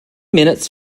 minutes